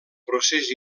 procés